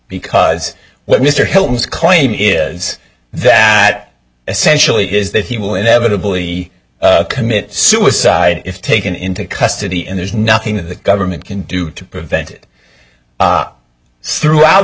because what mr hilton's claim is that essentially is that he will inevitably commit suicide if taken into custody and there's nothing that the government can do to prevent it throughout